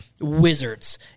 wizards